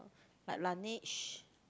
like Laneige